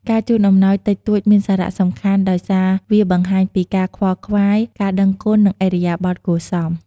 ការជូនអំំណោយតិចតួចមានសារៈសំខាន់ ដោយសារវាបង្ហាញពី ការខ្វល់ខ្វាយ ការដឹងគុណ និង ឥរិយាបថគួរសម។